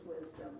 wisdom